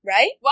Right